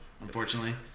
unfortunately